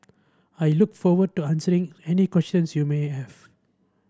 I look forward to answering any questions you may have